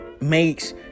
makes